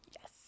Yes